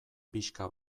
pixka